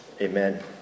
Amen